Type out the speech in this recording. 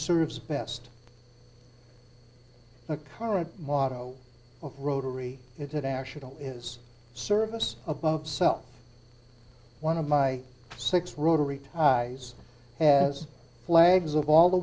serves best the current motto of rotary international is service above self one of my six rotary as flags of all the